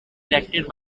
elected